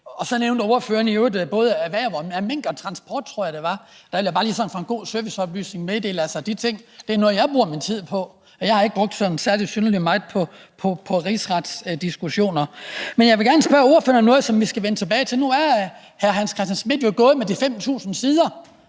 Så nævnte ordføreren i øvrigt både erhverv og mink og transport, tror jeg det var. Der vil jeg bare lige som en god serviceoplysningen meddele, at de ting er noget, jeg bruger min tid på. Jeg har ikke brugt sådan særlig synderlig meget tid på rigsretsdiskussioner. Men jeg vil gerne spørge ordføreren om noget, som vi skal vende tilbage til. Nu er hr. Hans Christian Schmidt jo gået med de 5.000 sider.